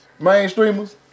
Mainstreamers